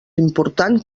important